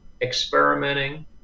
experimenting